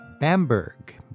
Bamberg